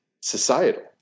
societal